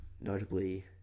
Notably